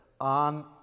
on